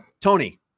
Tony